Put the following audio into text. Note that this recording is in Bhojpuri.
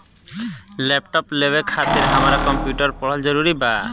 लैपटाप लेवे खातिर हमरा कम्प्युटर पढ़ल जरूरी बा?